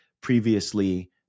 previously